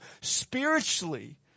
spiritually